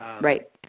Right